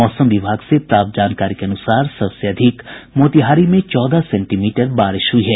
मौसम विभाग से प्राप्त जानकारी के अनुसार सबसे अधिक मोतिहारी में चौदह सेंटीमीटर बारिश हुई है